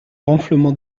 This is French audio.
ronflements